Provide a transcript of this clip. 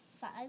five